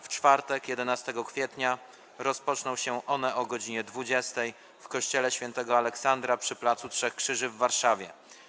W czwartek 11 kwietnia rozpoczną się one o godz. 20 w kościele pw. św. Aleksandra przy placu Trzech Krzyży w Warszawie.